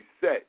set